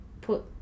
put